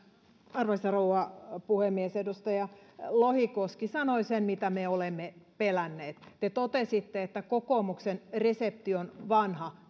arvoisa rouva puhemies edustaja lohikoski sanoi sen mitä me olemme pelänneet te totesitte että kokoomuksen resepti on vanha